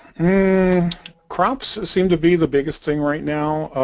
and crops seem to be the biggest thing right now